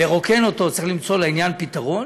לרוקן אותו, צריך למצוא לעניין פתרון